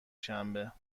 شنبه